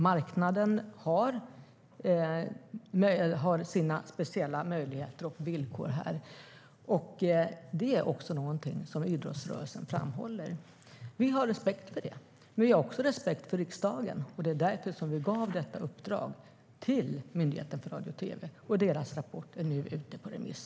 Marknaden har sina speciella möjligheter och villkor här. Det är också någonting som idrottsrörelsen framhåller. Vi har respekt för det, men vi har också respekt för riksdagen. Det är därför vi gav detta uppdrag till Myndigheten för radio och tv. Deras rapport är nu ute på remiss.